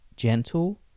Gentle